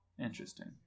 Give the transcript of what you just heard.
Interesting